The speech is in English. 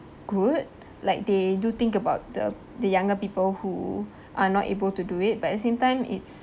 good like they do think about the the younger people who are not able to do it but at the same time it's